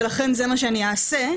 ולכן זה מה שאני אעשה,